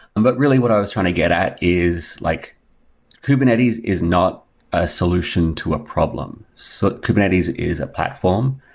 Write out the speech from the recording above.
and but really, what i was trying to get at is like kubernetes is not a solution to a problem. so kubernetes is a platform.